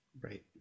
Right